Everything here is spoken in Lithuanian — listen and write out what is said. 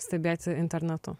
stebėti internetu